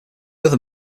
other